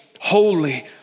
holy